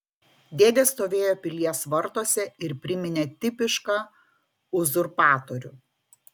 dėdė stovėjo pilies vartuose ir priminė tipišką uzurpatorių